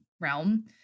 realm